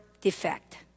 defect